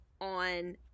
on